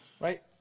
Right